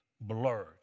blurred